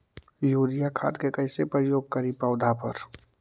Urea खाद के कैसे प्रयोग करि पौधा पर?